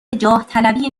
جاهطلبی